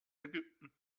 ägypten